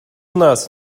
нас